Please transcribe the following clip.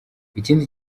ikindi